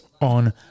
on